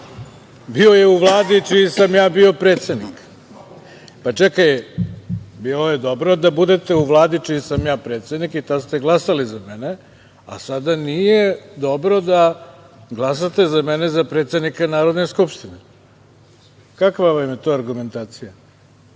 bio je u Vladi čiji sam bio predsednik. Bilo je dobro da budete u Vladi čiji sam predsednik, tada ste glasali za mene, a sada nije dobro da glasate za mene za predsednika Narodne skupštine. Kakva vam je to argumentacija?